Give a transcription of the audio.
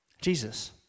Jesus